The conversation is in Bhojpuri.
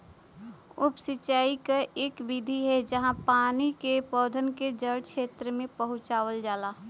उप सिंचाई क इक विधि है जहाँ पानी के पौधन के जड़ क्षेत्र में पहुंचावल जाला